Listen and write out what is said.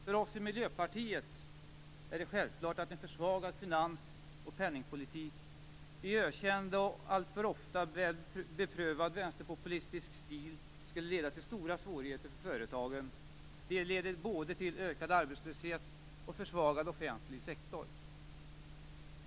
För oss i Miljöpartiet är det självklart att en försvagad finans och penningpolitik i ökänd och alltför ofta beprövad vänsterpopulistisk stil skulle leda till stora svårigheter för företagen. Det leder både till ökad arbetslöshet och till en försvagad offentlig sektor.